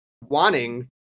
wanting